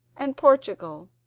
and portugal.